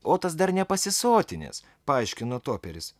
otas dar nepasisotinęs paaiškino toperis